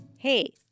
Hey